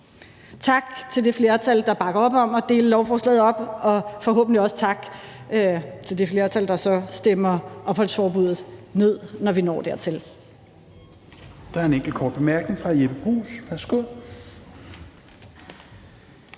Tak til det flertal, der bakker op om at dele lovforslaget op, og forhåbentlig også tak til det flertal, der så stemmer opholdsforbuddet ned, når vi når dertil.